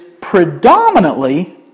predominantly